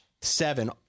seven